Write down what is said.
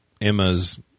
Emma's